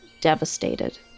devastated